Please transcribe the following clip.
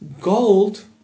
gold